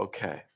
Okay